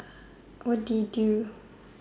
what do you do